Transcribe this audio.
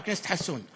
חבר הכנסת חסון,